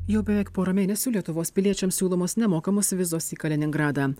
jau beveik porą mėnesių lietuvos piliečiams siūlomos nemokamos vizos į kaliningradą